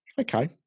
Okay